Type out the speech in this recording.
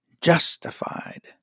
justified